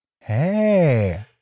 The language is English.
hey